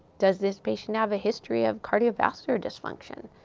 does this patient have a history of cardiovascular dysfunction?